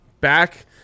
back